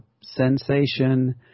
sensation